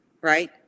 Right